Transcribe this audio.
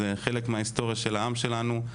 זה חלק מההיסטוריה של העם שלנו,